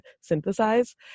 synthesize